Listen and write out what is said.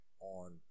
on